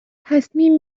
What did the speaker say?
تصمیم